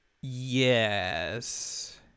yes